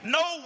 no